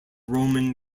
roman